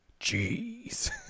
Jeez